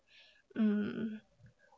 mm